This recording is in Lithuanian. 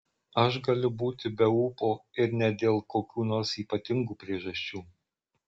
aš galiu būti be ūpo ir ne dėl kokių nors ypatingų priežasčių